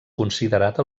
considerat